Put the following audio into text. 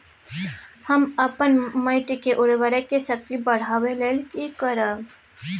हम अपन माटी के उर्वरक शक्ति बढाबै लेल की करब?